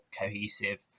cohesive